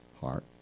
heart